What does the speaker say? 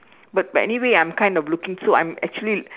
but but anyway I'm kind of looking so I'm actually